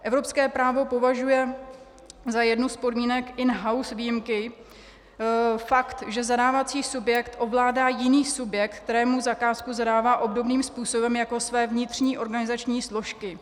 Evropské právo považuje za jednu z podmínek inhouse výjimky fakt, že zadávací subjekt ovládá jiný subjekt, kterému zakázku zadává obdobným způsobem jako své vnitřní organizační složky.